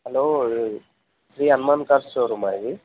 hello Shri Hanuman cars షోరూమా ఇది